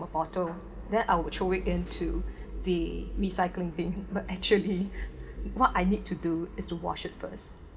the bottle then I will throw it into the recycling bin but actually what I need to do is to wash it first